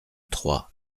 trois